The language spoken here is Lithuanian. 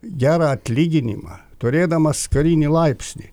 gerą atlyginimą turėdamas karinį laipsnį